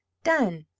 done!